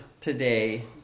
today